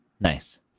nice